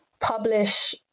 publish